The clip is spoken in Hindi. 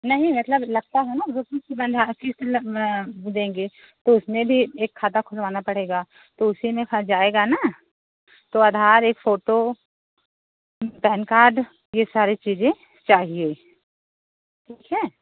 नहीं मतलब लगता है ना बनवा के देंगे तो उसमें भी एक खाता खुलबाना पड़ेगा तो उसी में जाएगा ना तो आधार एक फोटो पैन कार्ड यह सारे चीज़ें चाहिए ठीक है